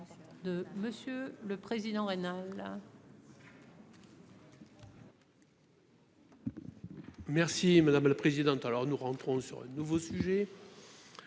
Merci madame la présidente, alors nous rentrons sur un nouveau sujet